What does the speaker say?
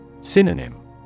Synonym